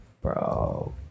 Bro